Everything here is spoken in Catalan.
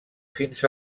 fins